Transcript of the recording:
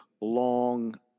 long